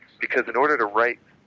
because in order to write